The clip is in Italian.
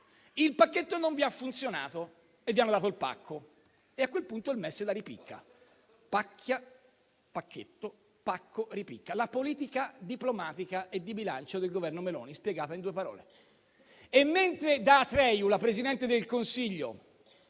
Il pacchetto non vi ha funzionato e vi hanno dato il pacco e a quel punto il MES è la ripicca. Pacchia, pacchetto, pacco, ripicca: la politica diplomatica e di bilancio del Governo Meloni spiegata in due parole. E mentre da Atreju la Presidente del Consiglio